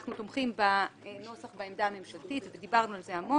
אנחנו תומכים בנוסח בעמדה הממשלתית ודיברנו על זה המון.